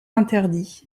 interdit